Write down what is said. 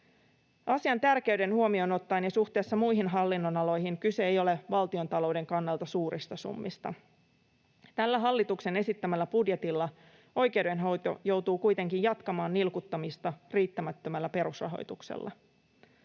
Asian tärkeyden huomioon ottaen ja suhteessa muihin hallinnonaloihin kyse ei ole valtiontalouden kannalta suurista summista. Tällä hallituksen esittämällä budjetilla oikeudenhoito joutuu kuitenkin jatkamaan nilkuttamista riittämättömällä perusrahoituksella.